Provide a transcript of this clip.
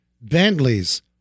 Bentleys